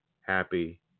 happy